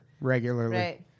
regularly